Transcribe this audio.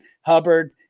Hubbard